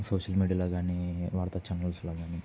social మీడియాలో కానీ వార్తా ఛానల్స్లో కానీ